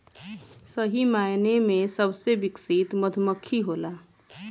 सही मायने में सबसे विकसित मधुमक्खी होला